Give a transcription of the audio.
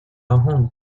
aon